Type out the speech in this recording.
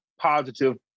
positive